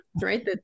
right